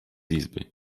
izby